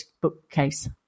bookcase